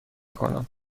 کنم